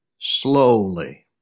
slowly